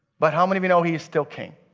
but how many know he is still king?